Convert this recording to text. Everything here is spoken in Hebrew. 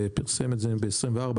פרסם את זה ב-24,